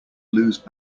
lose